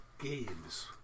games